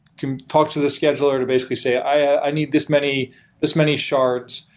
can talk to the scheduler to basically say, i need this many this many shards.